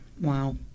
Wow